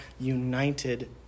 united